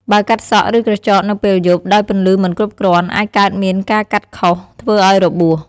បើកាត់សក់ ឬក្រចកនៅពេលយប់ ដោយពន្លឺមិនគ្រប់គ្រាន់ អាចកើតមានការកាត់ខុស ធ្វើឲ្យរបួស ។